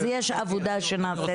אז יש עבודה שנעשית בזה.